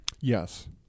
Yes